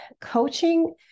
coaching